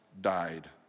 died